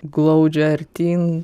glaudžia artyn